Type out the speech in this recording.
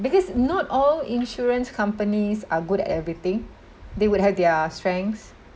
because not all insurance companies are good at everything they would have their strengths